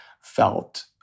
felt